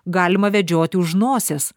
galima vedžioti už nosies